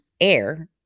air